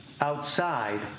outside